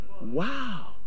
Wow